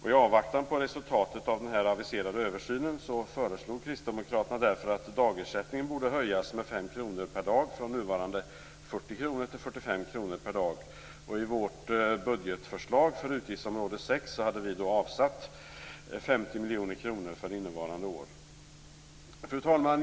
I avvaktan på resultatet av den aviserade översynen föreslog kristdemokraterna därför att dagsersättningen borde höjas med 5 kr per dag, från nuvarande 40 kr per dag till 45 kr per dag. I vårt budgetförslag för utgiftsområde 6 hade vi avsatt 50 miljoner kronor för innevarande år. Fru talman!